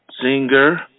Singer